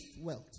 wealth